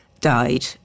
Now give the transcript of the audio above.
died